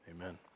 amen